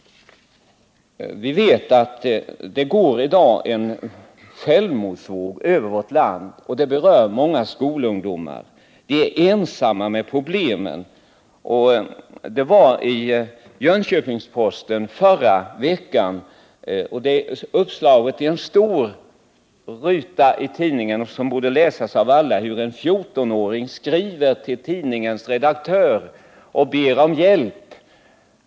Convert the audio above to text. Vi vet att det i dag går en självmordsvåg över vårt land. Många skolungdomar, som är ensamma med sina problem, berörs. Förra veckan fanns i Jönköpings-Posten en stor ruta, där det berättas om hur en 14-åring skriver till tidningens redaktör och ber om hjälp.